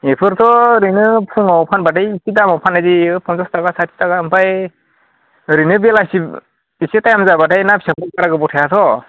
बेफोरथ' ओरैनो फुङाव फानब्लाथाय एसे दामाव फाननाय जायो फनसास थाखा साथि थाखा ओमफाय ओरैनो बेलासि एसे टाइम जाब्लाथाय ना फिसाखौ बारा गोबाव थायाथ'